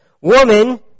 Woman